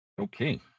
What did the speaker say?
Okay